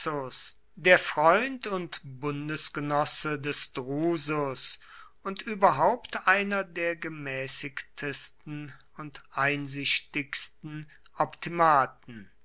der freund und bundesgenosse des drusus und überhaupt einer der gemäßigtsten und einsichtigsten optimaten